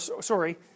sorry